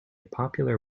popular